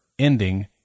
ending